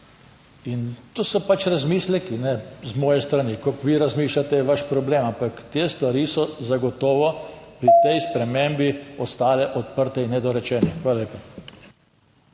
In to so pač razmisleki z moje strani. Kako vi razmišljate, je vaš problem, ampak te stvari so zagotovo pri tej spremembi ostale odprte in nedorečene. Hvala lepa.